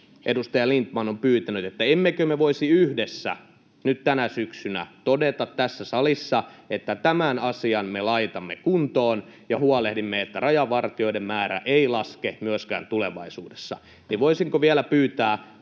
edustaja Lindtman on pyytänyt, emmekö me voisi yhdessä nyt tänä syksynä todeta tässä salissa, että tämän asian me laitamme kuntoon ja huolehdimme, että rajavartijoiden määrä ei laske myöskään tulevaisuudessa. Voisinko vielä pyytää,